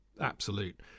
absolute